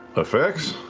effects?